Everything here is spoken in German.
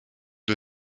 der